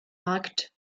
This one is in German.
markt